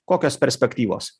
kokios perspektyvos